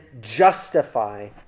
justify